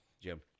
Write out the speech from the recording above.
Jim